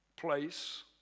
Place